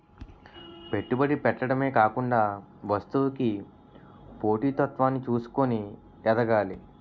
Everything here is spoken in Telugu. పెట్టుబడి పెట్టడమే కాకుండా వస్తువుకి పోటీ తత్వాన్ని చూసుకొని ఎదగాలి